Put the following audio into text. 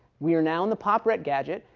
we are now in the pop ret gadget,